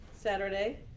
Saturday